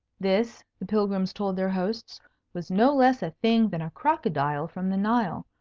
this, the pilgrims told their hosts was no less a thing than a crocodile from the nile,